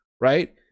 right